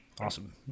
Awesome